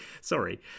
Sorry